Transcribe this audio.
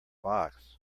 box